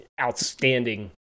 Outstanding